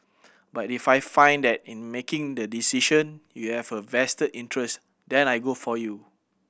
but if I find that in making the decision you have a vested interest then I go for you